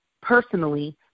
personally